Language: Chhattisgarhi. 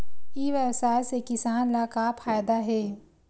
ई व्यवसाय से किसान ला का फ़ायदा हे?